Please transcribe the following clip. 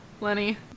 Lenny